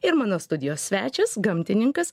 ir mano studijos svečias gamtininkas